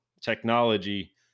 technology